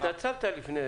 אתה התנצלת לפני.